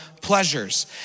pleasures